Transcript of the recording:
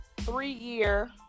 three-year